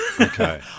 okay